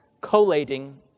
collating